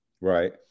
right